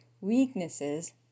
weaknesses